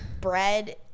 bread